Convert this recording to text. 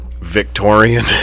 victorian